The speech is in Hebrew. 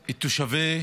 את תושבי